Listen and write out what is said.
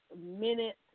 minutes